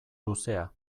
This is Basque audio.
luzea